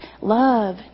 love